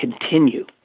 continue